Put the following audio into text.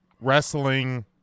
wrestling